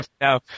No